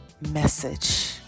message